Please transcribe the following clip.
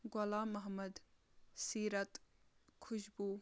غلام محمد سیٖرت خشبوٗ